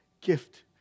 gift